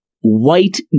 white